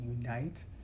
unite